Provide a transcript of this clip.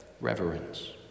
reverence